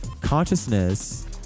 Consciousness